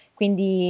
quindi